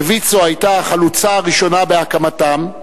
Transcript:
שויצו היתה החלוצה בהקמתם,